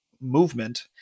movement